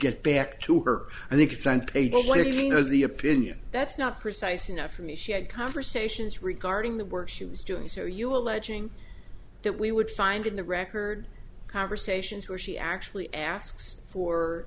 get back to her i think it's on page one examiner the opinion that's not precise enough for me she had conversations regarding the work she was doing so you alleging that we would find in the record conversations where she actually asks for